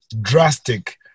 drastic